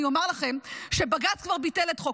אני אומר לכם שבג"ץ כבר ביטל את חוק